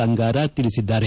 ಅಂಗಾರ ತಿಳಿಸಿದ್ದಾರೆ